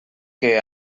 que